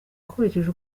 akurikije